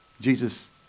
Jesus